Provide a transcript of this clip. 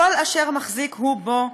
כל אשר מחזיק הוא בו,